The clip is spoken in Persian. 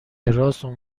راست، اون